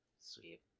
Sweet